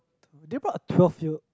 a twelve year